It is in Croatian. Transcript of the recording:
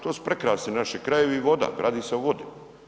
To su prekrasni naši krajevi i voda, radi se o vodi.